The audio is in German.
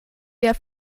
der